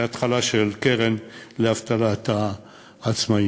כהתחלה של קרן לאבטלת עצמאים.